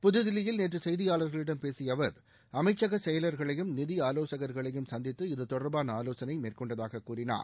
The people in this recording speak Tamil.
புதுதில்லியில் நேற்று செய்தியாளர்களிடம் பேசிய அவர் அமைச்சக செயலர்களையும் நிதி ஆலோசகர்களையும் சந்திதது இது தொடர்பான ஆலோசனை மேற்கொண்டதாக கூறினார்